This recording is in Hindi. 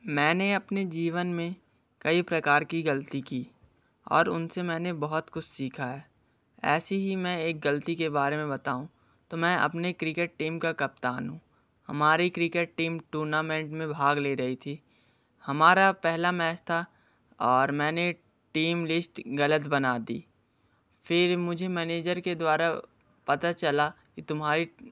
मैंने अपने जीवन में कई प्रकार की ग़लती की और उन से मैंने बहुत कुछ सीखा है ऐसी ही मैं एक ग़लती के बारे में बताऊँ तो मैं अपने क्रिकेट टीम का कप्तान हूँ हमारी क्रिकेट टीम टूर्नामेंट में भाग ले रही थी हमारा पहला मैच था और मैंने टीम लिस्ट ग़लत बना दी फिर मुझे मैनेजर के द्वारा पता चला कि तुम्हारी